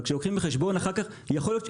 יכול להיות,